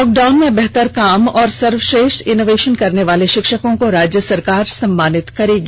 lockdown में बेहतर काम और सर्वश्रेष्ठ इनोवेशन करने वाले शिक्षकों को राज्य सरकार सम्मानित करेगी